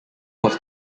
was